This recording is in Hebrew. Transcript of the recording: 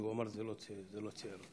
כי הוא אמר שזה לא ציער אותו.